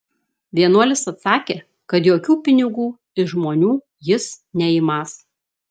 vienuolis atsakė kad jokių pinigų iš žmonių jis neimąs